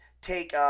take –